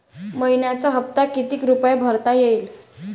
मइन्याचा हप्ता कितीक रुपये भरता येईल?